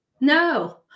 No